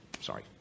sorry